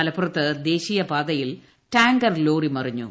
മലപ്പൂറത്ത് ദേശീയപാതയിൽ tanker lorry മറിഞ്ഞു